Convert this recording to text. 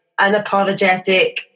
unapologetic